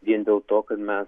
vien dėl to kad mes